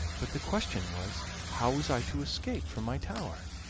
but the question was how was i to escape from my tower.